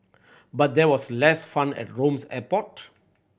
but there was less fun at Rome's airport